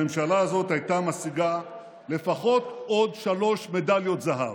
הממשלה הזאת הייתה משיגה לפחות עוד שלוש מדליות זהב: